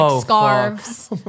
scarves